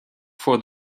for